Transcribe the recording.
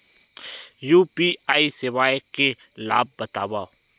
UPI सेवाएं के लाभ बतावव?